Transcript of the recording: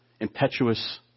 impetuous